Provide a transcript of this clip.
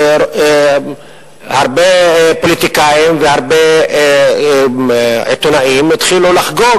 הרבה פוליטיקאים והרבה עיתונאים התחילו לחגוג